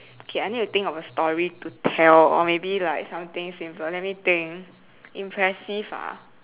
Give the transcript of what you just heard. okay I need to think of a story to tell or maybe like something simple let me think impressive ah